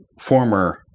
former